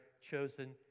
chosen